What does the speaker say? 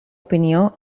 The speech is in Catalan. opinió